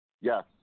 Yes